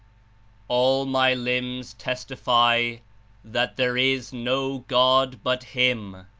all my limbs testify that there is no god but him,